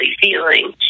feeling